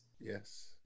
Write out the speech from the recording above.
Yes